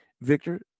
Victor